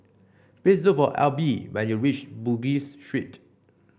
please look for Elby when you reach Bugis Street